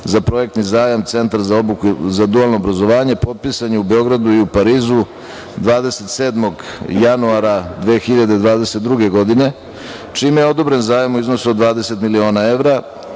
za projektni zajam - Centar za obuku za dualno obrazovanje potpisan je u Beogradu i u Parizu 27. januara 2022. godine, čime je odobren zajam u iznosu od 20 miliona evra,